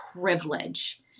privilege